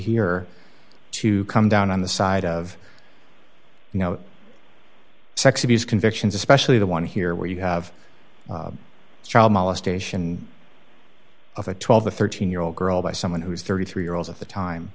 here to come down on the side of you know sex abuse convictions especially the one here where you have child molestation of a twelve or thirteen year old girl by someone who's thirty three year olds at the time